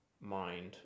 mind